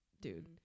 dude